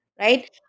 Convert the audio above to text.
Right